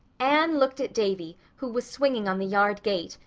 anne looked at davy, who was swinging on the yard gate,